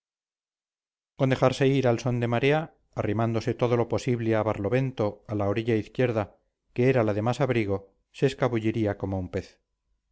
con dejarse ir al son de marea arrimándose todo lo posible a barlovento a la orilla izquierda que era la de más abrigo se escabulliría como un pez